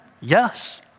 Yes